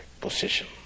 position